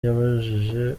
yabujije